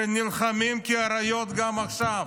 שנלחמים כאריות גם עכשיו,